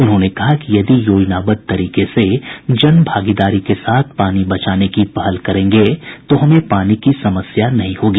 उन्होंने कहा कि यदि योजनाबद्व तरीके से जन भागीदारी के साथ पानी बचाने की पहल करेंगे तो हमें पानी की समस्या नहीं होगी